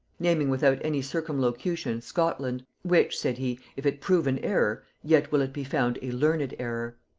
naming without any circumlocution scotland which, said he, if it prove an error, yet will it be found a learned error.